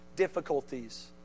Difficulties